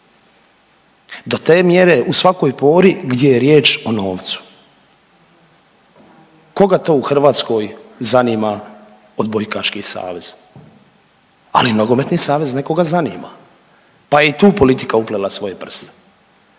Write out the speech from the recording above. do te mjere u svakoj pori gdje je riječ o novcu. Koga to u Hrvatskoj zanima Odbojkaški savez? Ali Nogometni savez nekoga zanima, pa je i tu politika uplela svoje prste.